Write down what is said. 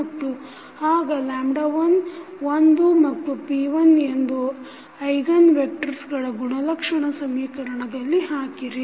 ಮತ್ತು ಆಗ 11andp1ಎಂದು ಐಗನ್ ವೆಕ್ಟರ್ಸಗಳ ಗುಣಲಕ್ಷಣ ಸಮೀಕರಣದಲ್ಲಿ ಹಾಕಿರಿ